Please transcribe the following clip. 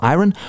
Iron